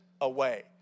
away